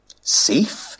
Safe